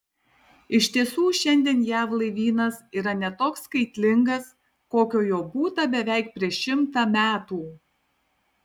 iš tiesų šiandien jav laivynas yra ne toks skaitlingas kokio jo būta beveik prieš šimtą metų